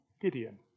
Gideon